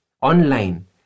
online